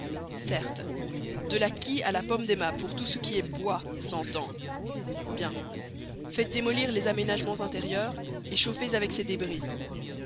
certes de la quille à la pomme des mâts pour tout ce qui est bois s'entend bien faites démolir les aménagements intérieurs et chauffez avec ces débris